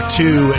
two